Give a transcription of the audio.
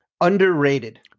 Underrated